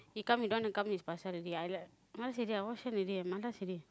he come he don't wanna come his pasar already I like I wash hand already malas already